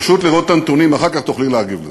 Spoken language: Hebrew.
פשוט לראות את הנתונים, אחר כך תוכלי להגיב לזה.